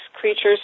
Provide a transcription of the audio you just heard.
creatures